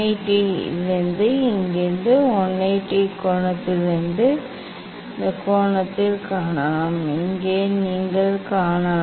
180 இலிருந்து இங்கிருந்து 180 கோணத்திலிருந்து இந்த கோணத்தில் காணலாம்